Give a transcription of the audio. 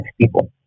people